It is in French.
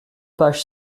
page